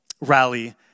rally